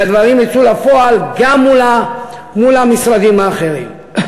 והדברים יצאו לפועל גם מול המשרדים האחרים.